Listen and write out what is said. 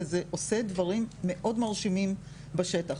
וזה עושה דברים מאוד מרשימים בשטח.